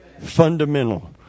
Fundamental